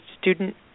student